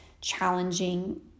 challenging